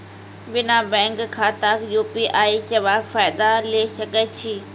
बिना बैंक खाताक यु.पी.आई सेवाक फायदा ले सकै छी?